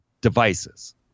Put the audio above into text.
devices